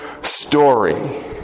story